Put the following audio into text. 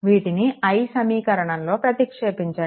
వీటిని i సమీకరణంలో ప్రతిక్షేపించండి